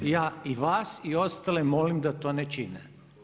Ja i vas i ostale molim da to ne čine.